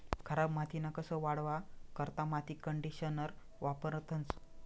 खराब मातीना कस वाढावा करता माती कंडीशनर वापरतंस